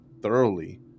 thoroughly